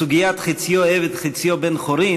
בסוגיית "חציו עבד וחציו בן-חורין"